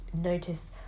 Notice